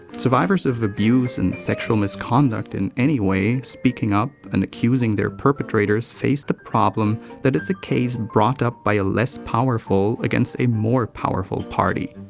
survivors of abuse and sexual misconduct in any way speaking up and accusing their perpetrators face the problem that it's a case brought up by a less powerful against a more powerful party.